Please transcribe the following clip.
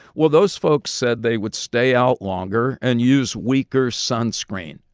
well, those folks said they would stay out longer and use weaker sunscreen.